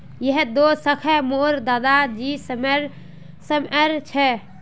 यह दो शाखए मोर दादा जी समयर छे